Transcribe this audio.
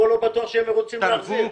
ופה לא בטוח שהם רוצים להחזיר.